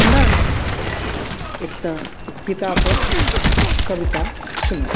हमरा अहाँ एकटा पितापर कविता सुनाउ